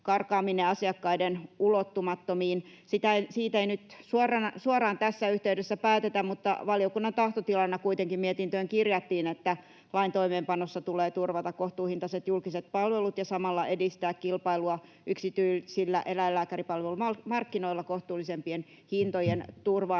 karkaaminen asiakkaiden ulottumattomiin. Siitä ei nyt suoraan tässä yhteydessä päätetä, mutta valiokunnan tahtotilana kuitenkin mietintöön kirjattiin, että lain toimeenpanossa tulee turvata kohtuuhintaiset julkiset palvelut ja samalla edistää kilpailua yksityisillä eläinlääkäripalvelumarkkinoilla kohtuullisempien hintojen turvaamiseksi.